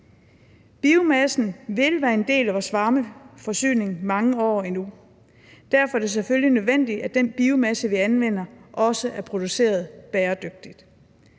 Biomassen vil være en del af vores varmeforsyning i mange år endnu, og derfor er det selvfølgelig nødvendigt, at den biomasse, vi anvender, også er produceret bæredygtigt.